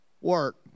Work